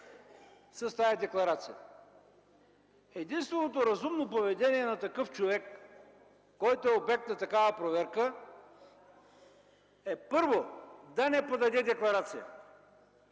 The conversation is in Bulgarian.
с тази декларация? Единственото разумно поведение на такъв човек, който е обект на такава проверка, е – първо, да не подаде декларация,